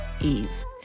ease